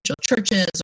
churches